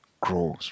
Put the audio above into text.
grows